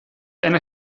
einer